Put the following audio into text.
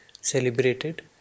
celebrated